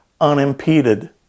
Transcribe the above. unimpeded